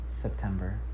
September